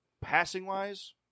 passing-wise